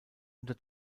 unter